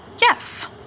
Yes